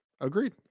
Agreed